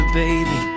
baby